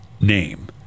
name